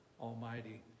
Almighty